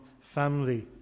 family